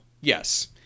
Yes